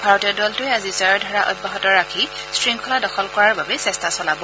ভাৰতীয় দলটোৱে আজি জয়ৰ ধাৰা অব্যাহত ৰাখি শংখলা দখল কৰাৰ বাবে চেট্টা চলাব